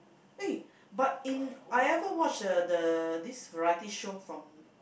eh but in I ever watch the the this variety show from